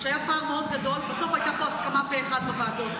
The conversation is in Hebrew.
היה פער מאוד גדול ובסוף הייתה פה הסכמה פה אחד בוועדות,